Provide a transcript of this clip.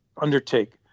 undertake